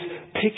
picture